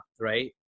right